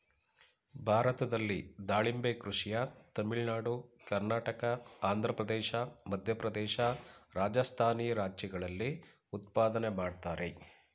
ಭಾರತದಲ್ಲಿ ದಾಳಿಂಬೆ ಕೃಷಿಯ ತಮಿಳುನಾಡು ಕರ್ನಾಟಕ ಆಂಧ್ರಪ್ರದೇಶ ಮಧ್ಯಪ್ರದೇಶ ರಾಜಸ್ಥಾನಿ ರಾಜ್ಯಗಳಲ್ಲಿ ಉತ್ಪಾದನೆ ಮಾಡ್ತರೆ